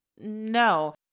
No